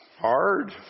hard